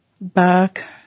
back